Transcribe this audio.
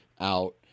out